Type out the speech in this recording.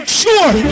sure